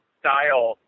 style